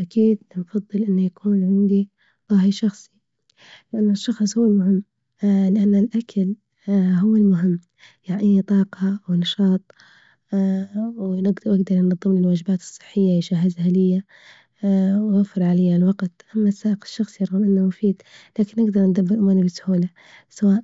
أكيد بفظل إنه يكون عندي طاهي شخصي. لإنه الشخص هو المهم لإن الأكل هو المهم يعطيني طاقة ونشاط، ويقدر ينظم لي الوجبات الصحية، يجهزها ليا ويوفر عليا الوقت ، أما السائق الشخصي رغم إنه مفيد لكن نقدر إندبرها بسهولة سواء